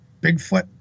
Bigfoot